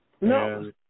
no